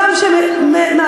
את מחנכת אותם?